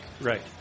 Right